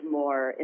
more